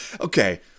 okay